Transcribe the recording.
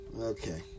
Okay